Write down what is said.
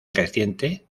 creciente